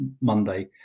Monday